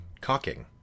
cocking